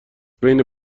بین